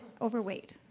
Overweight